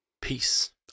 Peace